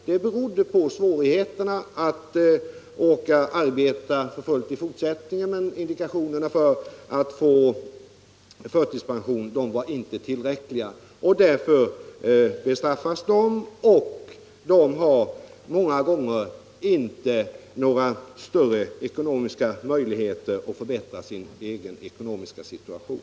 Det har ofta varit så att man haft svårt att fortsätta att arbeta för fullt, men att indikationerna för att få förtidspension inte varit tillräckliga. Därför har dessa människor bestraffats. De har nu ofta inte några möjligheter att förbättra sin ekonomiska situation.